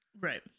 right